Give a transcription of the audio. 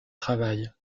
travail